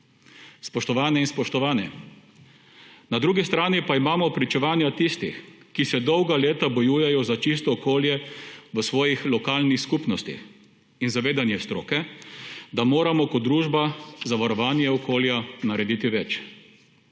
Spoštovani in spoštovane, na drugi strani pa imamo pričevanja tistih, ki se dolga leta bojujejo za čisto okolje v svojih lokalnih skupnostih, in zavedanje stroke, da moramo kot družba za varovanje okolja narediti več.